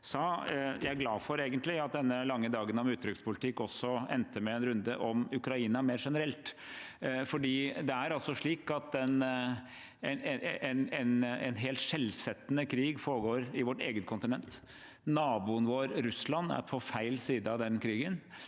Schou sa nå – at denne lange dagen om utenrikspolitikk endte med en runde om Ukraina mer generelt, for det foregår altså en helt skjellsettende krig på vårt eget kontinent. Naboen vår, Russland, er på feil side av den krigen,